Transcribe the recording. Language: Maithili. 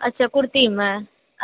अच्छा कुर्तिमे